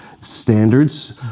standards